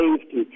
safety